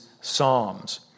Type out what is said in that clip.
Psalms